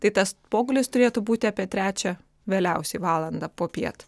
tai tas pogulis turėtų būti apie trečią vėliausiai valandą popiet